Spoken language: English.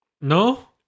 No